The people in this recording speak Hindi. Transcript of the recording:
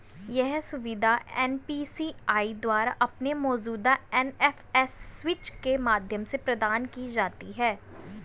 यह सुविधा एन.पी.सी.आई द्वारा अपने मौजूदा एन.एफ.एस स्विच के माध्यम से प्रदान की जाती है